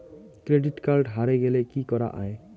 Credit card হারে গেলে কি করা য়ায়?